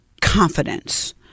confidence